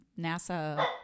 NASA